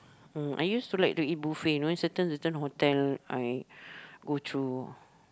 uh I used to like to eat buffet you know certain certain hotel I go through